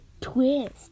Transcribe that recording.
twist